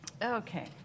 Okay